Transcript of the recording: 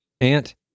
aunt